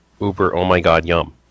uber-oh-my-god-yum